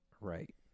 right